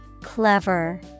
Clever